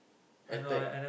attack